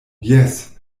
jes